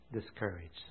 discouraged